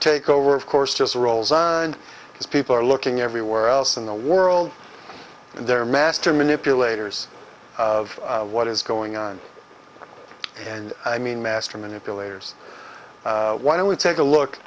takeover of course just rolls on and people are looking everywhere else in the world and they're master manipulators of what is going on and i mean master manipulators why don't we take a look